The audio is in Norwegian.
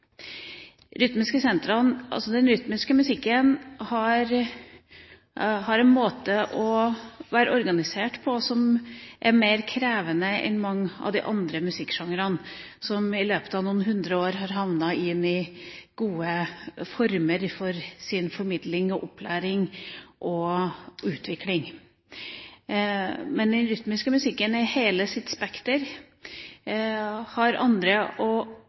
Den rytmiske musikken har en måte å være organisert på som er mer krevende enn mange av de andre musikksjangrene, som i løpet av noen hundre år har havnet i gode former for sin formidling, opplæring og utvikling. Men den rytmiske musikken, med hele sitt spekter, har andre måter å oppstå, vokse videre og